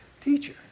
teacher